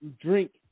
drink